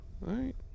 Right